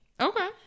Okay